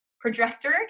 projector